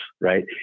right